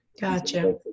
Gotcha